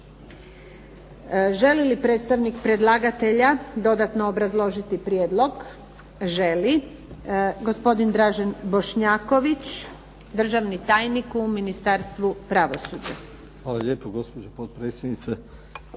Želi li predstavnik predlagatelja dodatno obrazložiti prijedlog? Želi. Gospodin Dražen Bošnjaković, državni tajnik u Ministarstvu pravosuđa. **Bošnjaković, Dražen